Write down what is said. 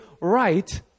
right